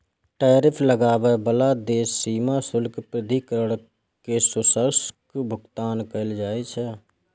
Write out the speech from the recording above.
tariff लगाबै बला देशक सीमा शुल्क प्राधिकरण कें शुल्कक भुगतान कैल जाइ छै